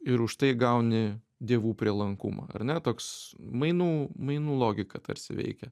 ir už tai gauni dievų prielankumą ar ne toks mainų mainų logika tarsi veikia